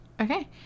Okay